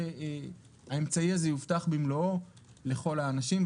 שהאמצעי הזה יובטח במלואו לכל האנשים,